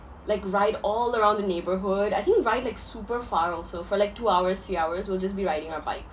like ride all around the neighbourhood I think ride like super far also for like two hours three hours will just be riding my bike